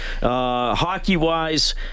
Hockey-wise